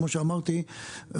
כמו שאמרתי,